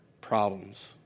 problems